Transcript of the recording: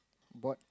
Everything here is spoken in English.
board